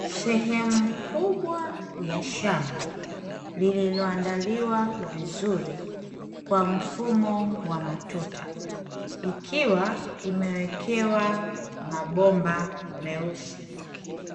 Sehemu kubwa ya shamba lililoandaliwa vizuri kwa mfumo wa matuta ikiwa imewekewa mabomba meusi